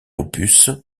opus